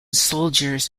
soldiers